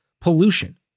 Pollution